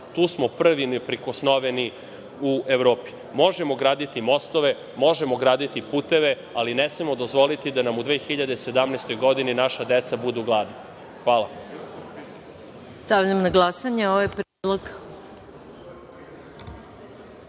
Tu smo prvi i neprikosnoveni u Evropi. Možemo graditi mostove, možemo graditi puteve, ali ne smemo dozvoliti da nam u 2017. godini naša deca budu gladna. Hvala. **Maja Gojković**